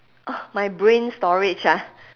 oh my brain storage ah